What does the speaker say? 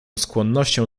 skłonnością